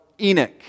Enoch